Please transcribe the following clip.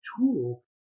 tool